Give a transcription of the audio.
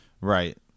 Right